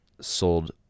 sold